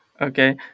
Okay